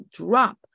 drop